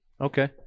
Okay